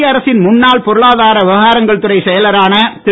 மத்திய அரசின் முன்னாள் பொருளாதார விவகாரங்கள் துறை செயலரான திரு